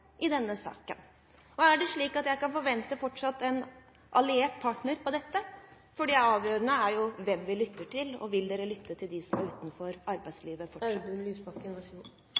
i denne saken. Er det slik at jeg fortsatt kan forvente en alliert partner i dette? Det avgjørende er jo hvem man lytter til, og vil dere fortsatt lytte til dem som er utenfor arbeidslivet?